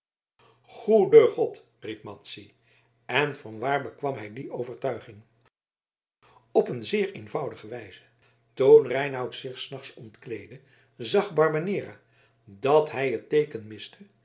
goede god riep madzy en van waar bekwam hij die overtuiging op een zeer eenvoudige wijze toen reinout zich s nachts ontkleedde zag barbanera dat hij het teeken miste